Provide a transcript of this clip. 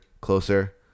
closer